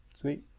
Sweet